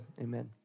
amen